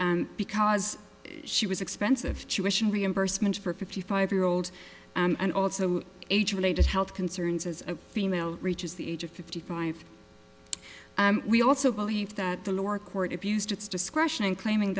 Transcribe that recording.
case because she was expensive tuition reimbursement for fifty five year old and also age related health concerns as a female reaches the age of fifty five we also believe that the lower court abused its discretion in claiming